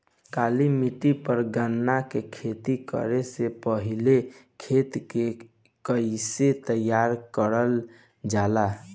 काली मिट्टी पर गन्ना के खेती करे से पहले खेत के कइसे तैयार करल जाला?